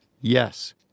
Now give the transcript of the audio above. yes